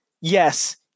Yes